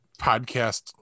podcast